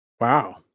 Wow